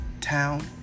town